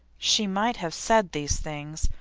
she might have said these things,